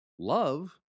love